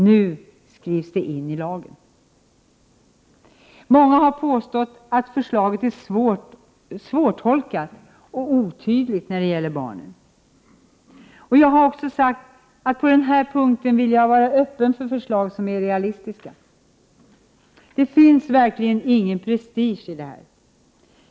Nu skrivs det in i lagen. Många har påstått att förslaget är svårtolkat och otydligt när det gäller barnen. Jag har också sagt att även på den här punkten vill jag vara öppen för förslag som är realistiska. Det finns verkligen ingen prestige i detta.